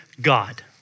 God